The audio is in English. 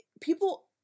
people